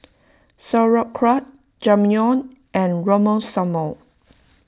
Sauerkraut Ramyeon and Monsunabe